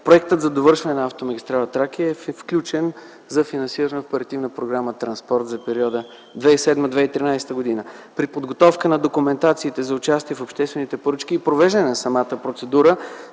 Проектът за довършване на автомагистрала „Тракия” е включен за финансиране по Оперативна програма „Транспорт” за периода 2007-2013 г. При подготовка на документациите за участие в обществените поръчки и провеждане на самата процедура